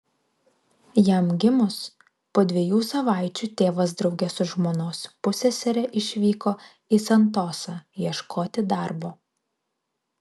jam gimus po dviejų savaičių tėvas drauge su žmonos pussesere išvyko į santosą ieškoti darbo